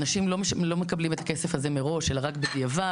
אנשים לא מקבלים את הכסף הזה מראש אלא רק בדיעבד.